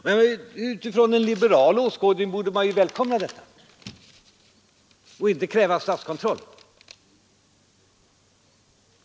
Med utgångspunkt i den liberala åskådningen borde man ju välkomna detta och inte kräva statskontroll.